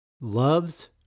Love's